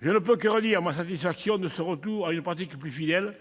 Je ne peux que redire ma satisfaction de ce retour à une pratique plus fidèle